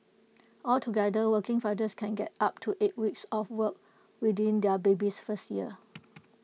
altogether working fathers can get up to eight weeks off work within their baby's first year